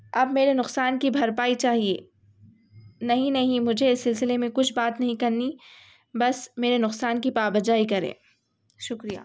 اب میرے نقصان کی بھرپائی چاہیے نہیں نہیں مجھے اس سلسلہ میں کچھ بات نہیں کرنی بس میرے نقصان کی پابجائی کریں شکریہ